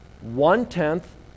one-tenth